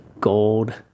gold